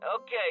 Okay